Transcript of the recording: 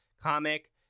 comic